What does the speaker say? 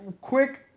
Quick